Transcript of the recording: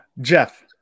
Jeff